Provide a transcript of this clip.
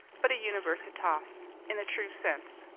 but a universitas in the true sense,